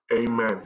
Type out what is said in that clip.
Amen